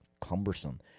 cumbersome